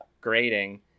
grading